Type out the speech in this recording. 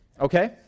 Okay